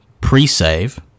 Pre-save